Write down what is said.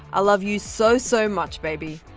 i love you so so much baby.